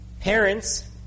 Parents